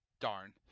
darn